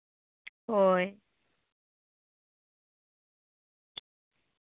ᱦᱳᱭ